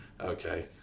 Okay